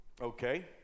Okay